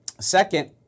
Second